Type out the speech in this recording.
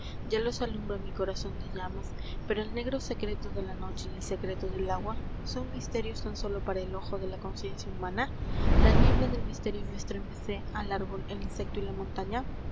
ya los alumbra mi corazón de llamas pero el negro secreto de la noche y el secreto del agua son misterios tan solo para el ojo de la conciencia humana la niebla del misterio no estremece al árbol el insecto y la montaña